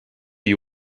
you